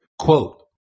Quote